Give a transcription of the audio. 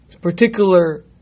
particular